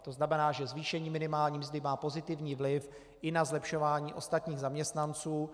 To znamená, že zvýšení minimální mzdy má pozitivní vliv i na zlepšování ostatních zaměstnanců.